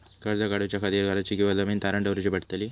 कर्ज काढच्या खातीर घराची किंवा जमीन तारण दवरूची पडतली?